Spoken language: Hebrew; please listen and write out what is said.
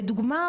לדוגמא,